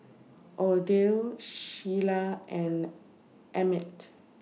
Odile Sheila and Emit